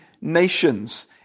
nations